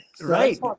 right